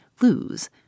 lose